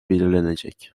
belirlenecek